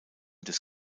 des